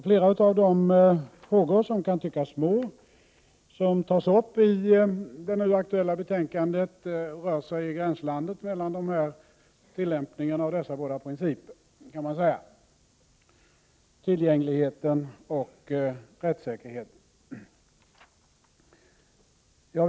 Flera av de frågor som kan tyckas små, som tas upp i det nu aktuella betänkandet, rör sig i gränslandet mellan tillämpningen av dessa båda principer, om tillgängligheten och rättssäkerheten.